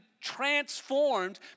transformed